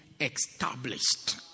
established